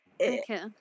Okay